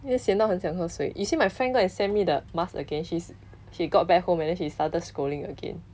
会咸到很想喝水 you see my friend go and send me the mask again she's she got back home and then she started scrolling again